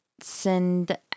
send